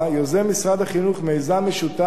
יוזם משרד החינוך מיזם משותף